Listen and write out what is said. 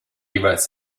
jeweils